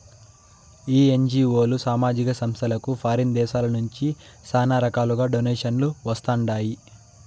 ఈ ఎన్జీఓలు, సామాజిక సంస్థలకు ఫారిన్ దేశాల నుంచి శానా రకాలుగా డొనేషన్లు వస్తండాయి